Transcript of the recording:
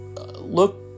look